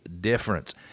difference